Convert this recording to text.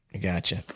Gotcha